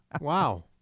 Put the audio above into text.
Wow